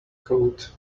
coat